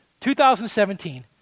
2017